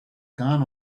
gone